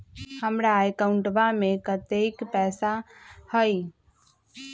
हमार अकाउंटवा में कतेइक पैसा हई?